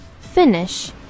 finish